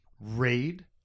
Raid